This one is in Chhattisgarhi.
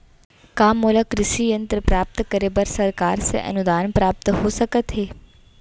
का मोला कृषि यंत्र प्राप्त करे बर सरकार से अनुदान प्राप्त हो सकत हे?